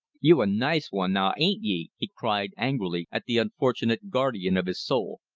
you're a nice wan, now ain't ye? he cried angrily at the unfortunate guardian of his soul.